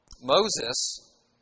Moses